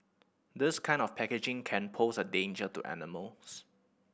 this kind of packaging can pose a danger to animals